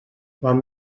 quan